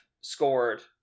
scored